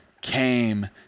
came